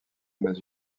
mais